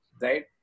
right